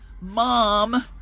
mom